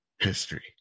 history